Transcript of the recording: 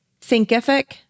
Thinkific